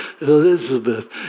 Elizabeth